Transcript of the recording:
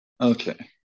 okay